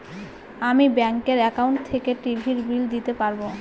আমি ব্যাঙ্কের একাউন্ট থেকে টিভির বিল দিতে পারবো